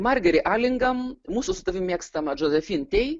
margeri alingam mūsų su tavimi mėgstama žozafin tei